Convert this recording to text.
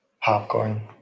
popcorn